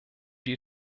die